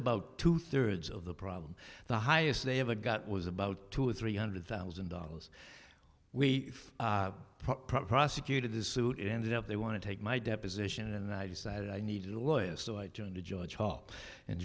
about two thirds of the problem the highest they ever got was about two or three hundred thousand dollars we prosecuted this suit ended up they want to take my deposition and i decided i needed a lawyer so i turned to george hall and